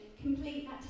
Complete